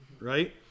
right